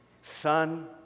Son